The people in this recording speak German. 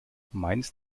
meinst